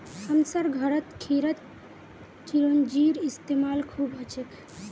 हमसार घरत खीरत चिरौंजीर इस्तेमाल खूब हछेक